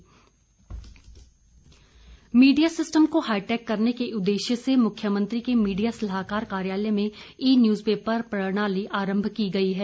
media system media system को hi tech करने के उदेश्य से मुख्यमंत्री के मीडिया सलाहकार कार्यालय में ई न्यूज पेपर प्रणाली आरंभ की गई है